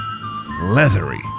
leathery